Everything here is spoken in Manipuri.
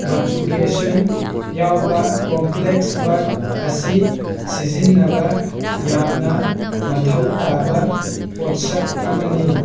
ꯃꯆꯨꯒꯦꯁꯟ ꯌꯥꯎꯕ ꯀꯣꯝꯄꯂꯦꯛꯁ ꯋꯥꯔꯠ ꯑꯁꯤ ꯁꯤꯖꯤꯟꯅꯕ ꯌꯥꯝꯅ ꯃꯊꯧ ꯇꯥꯕ ꯄꯣꯠꯁꯛ ꯑꯃꯅꯤ